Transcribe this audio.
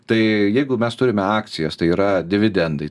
tai jeigu mes turime akcijas tai yra dividendai